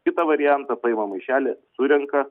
kitą variantą paima maišelį surenka